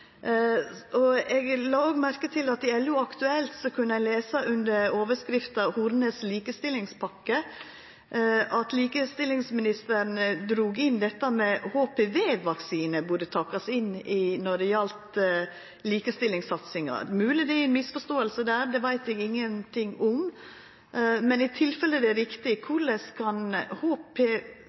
la òg merke til at i LO-Aktuelt kunne ein lese under overskrifta «Hornes likestillingspolitikk får slakt» at likestillingsministeren sa at HPV-vaksine burde takast med når det gjaldt likestillingssatsinga. Det er mogleg det er ei misforståing, det veit eg ingenting om. Men i tilfelle det er riktig, korleis kan